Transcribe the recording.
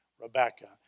Rebecca